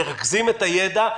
מרכזים את הידע,